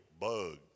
Bug